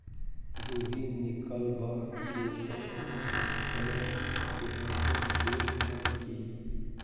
दुभी निकलबाक के समय मे भी कोनो कीटनाशक देल जाय की?